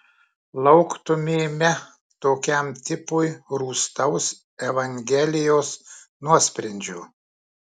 lauktumėme tokiam tipui rūstaus evangelijos nuosprendžio